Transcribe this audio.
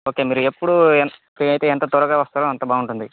okay మీరు ఎప్పుడు ఎంత ఫ్రీ అయితే ఎంత త్వరగా వస్తారో అంత బావుంటుంది